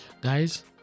Guys